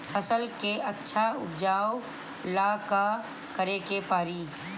फसल के अच्छा उपजाव ला का करे के परी?